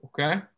Okay